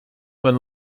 when